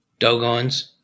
Dogons